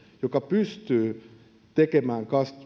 joka pystyy tekemään